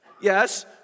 Yes